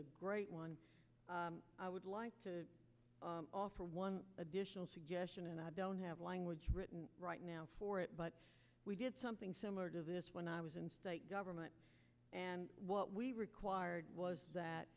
a great one i would like to offer one additional suggestion and i don't have language written right now for it but we did something similar to this when i was in state government and what we required was that